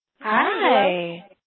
hi